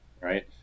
right